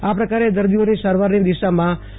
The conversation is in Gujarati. આ પ્રકારે દર્દીઓની સારવારની દિશામાં જી